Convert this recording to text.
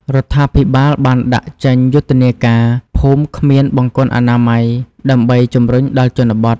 រដ្ឋាភិបាលបានដាក់ចេញយុទ្ធនាការ "ភូមិគ្មានបង្គន់អនាម័យ" ដើម្បីជំរុញដល់ជនបទ។